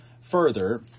Further